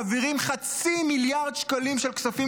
מעבירים חצי מיליארד שקלים של כספים